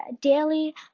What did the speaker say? daily